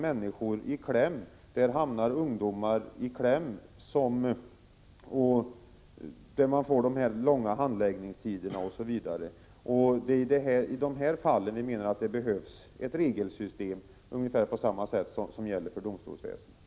Ungdomar hamnar i kläm, där man får långa handläggningstider. Det är för dessa fall vi menar att det behövs ett regelsystem på ungefär samma sätt som det som gäller för domstolsväsendet.